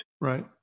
Right